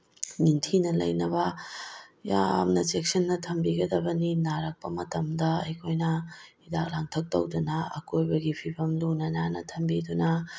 ꯅꯤꯡꯊꯤꯅ ꯂꯩꯅꯕ ꯌꯥꯝꯅ ꯆꯦꯛꯁꯤꯟꯅ ꯊꯝꯕꯤꯒꯗꯕꯅꯤ ꯅꯥꯔꯛꯄ ꯃꯇꯝꯗ ꯑꯩꯈꯣꯏꯅ ꯍꯤꯗꯥꯛ ꯂꯥꯡꯊꯛ ꯇꯧꯗꯅ ꯑꯀꯣꯏꯕꯒꯤ ꯐꯤꯕꯝ ꯂꯨꯅ ꯅꯥꯟꯅ ꯊꯝꯕꯤꯗꯨꯅ